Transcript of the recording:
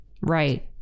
Right